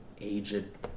aged